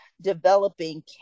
developing